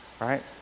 Right